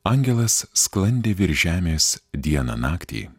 angelas sklandė virš žemės dieną naktį